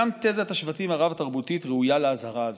גם תזת השבטים הרב-תרבותית ראויה לאזהרה הזאת,